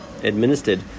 administered